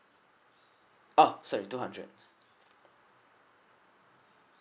orh sorry two hundred